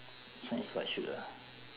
this one is what shoot ah